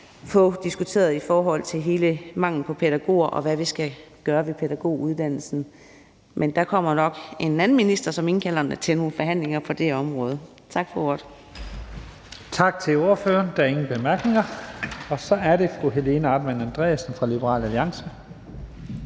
en diskussion i forhold til hele manglen på pædagoger, og i forhold til hvad vi skal gøre ved pædagoguddannelsen. Men der kommer nok en anden minister, som indkalder til nogle forhandlinger på det område. Tak for ordet. Kl. 15:00 Første næstformand (Leif Lahn Jensen): Tak til ordføreren. Der er ingen korte bemærkninger. Så er det fru Helena Artmann Andresen fra Liberal Alliance.